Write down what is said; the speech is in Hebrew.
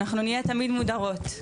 אנחנו נהיה תמיד מודרות,